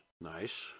Nice